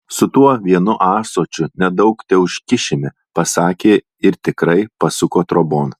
su tuo vienu ąsočiu nedaug teužkišime pasakė ir tikrai pasuko trobon